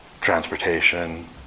transportation